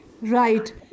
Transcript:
Right